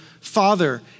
Father